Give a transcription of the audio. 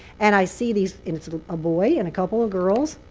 and i see these and it's a boy and a couple of girls.